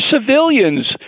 civilians